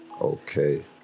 okay